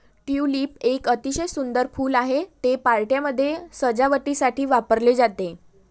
tulip एक अतिशय सुंदर फूल आहे, ते पार्ट्यांमध्ये सजावटीसाठी वापरले जाते